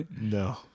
No